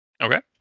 Okay